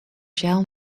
sjaal